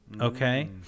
Okay